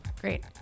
great